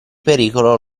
pericolo